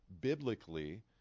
biblically